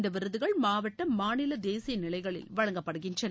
இந்த விருதுகள் மாவட்ட மாநில தேசிய நிலைகளில் வழங்கப்படுகின்றன